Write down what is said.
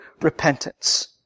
repentance